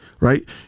Right